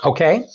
Okay